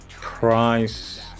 price